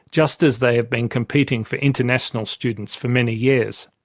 just as they have been competing for international students for many years.